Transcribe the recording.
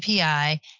API